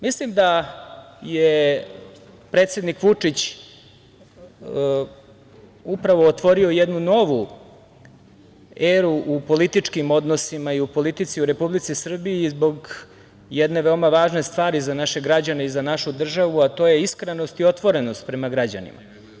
Mislim da je predsednik Vučić upravo otvorio jednu novu eru u političkim odnosima i u politici u Republici Srbiji zbog jedne veoma važne stvari za naše građane i za našu državu, a to je iskrenost i otvorenost prema građanima.